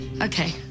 Okay